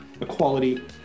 equality